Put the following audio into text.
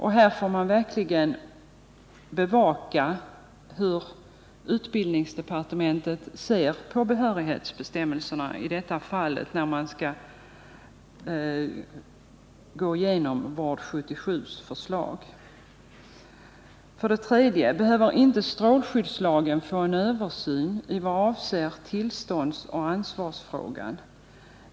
Här får man verkligen bevaka hur utbildningsdepartementet ser på behörighetsbestäm melserna i detta fall när man skall gå igenom förslaget från Vård 77. 3. Behöver inte strålskyddslagen få en översyn i vad avser tillståndsoch ansvarsfrågan?